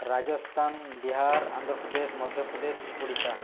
Rajasthan Bihar Andhra Pradesh Madhya Pradesh Odisha